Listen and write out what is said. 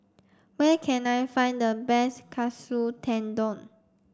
where can I find the best Katsu Tendon